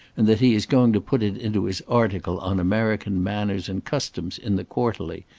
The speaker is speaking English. and that he is going to put it into his article on american manners and customs in the quarterly,